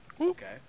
Okay